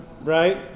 right